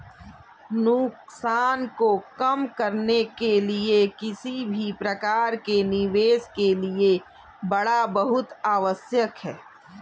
नुकसान को कम करने के लिए किसी भी प्रकार के निवेश के लिए बाड़ा बहुत आवश्यक हैं